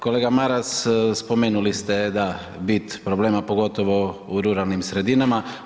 Kolega Maras, spomenuli ste da bit problema, pogotovo u ruralnim sredinama.